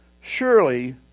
Surely